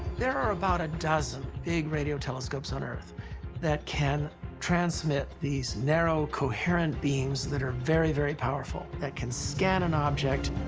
there are about a dozen big radio telescopes on earth that can transmit these narrow, coherent beams that are very, very powerful, that can scan an object.